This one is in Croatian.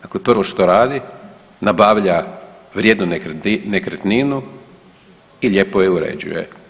Dakle, prvo što radi nabavlja vrijednu nekretninu i lijepo je uređuje.